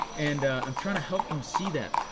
and i'm trying to help them see that.